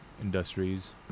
industries